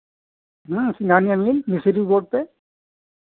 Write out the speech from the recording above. हाँ Singhania mill Misri road पे